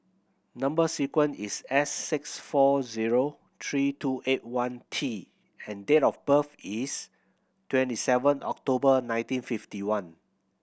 number sequence is S six four zero three two eight one T and date of birth is twenty seven October nineteen fifty one